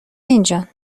اینجان